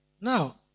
Now